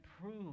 prove